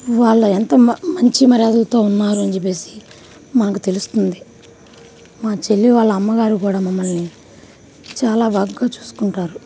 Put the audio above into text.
వాళ్ళు ఎంత మంచి మర్యాదలతో ఉన్నారని చెప్పేసి మనకు తెలుస్తుంది మా చెల్లి వాళ్ళ అమ్మగారు కూడా మమ్మలని చాలా బాగా చూసుకుంటారు